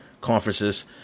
conferences